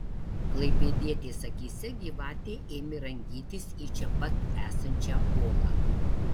klaipėdietės akyse gyvatė ėmė rangytis į čia pat esančią olą